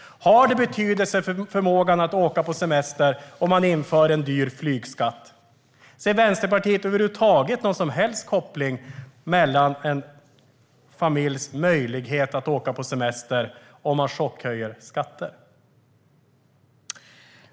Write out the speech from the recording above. Har det betydelse för förmågan att åka på semester om man inför en dyr flygskatt? Ser Vänsterpartiet över huvud taget en koppling till en familjs möjlighet att åka på semester om man chockhöjer skatter?